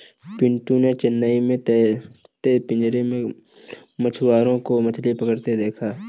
पिंटू ने चेन्नई में तैरते पिंजरे में मछुआरों को मछली पकड़ते देखा